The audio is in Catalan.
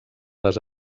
les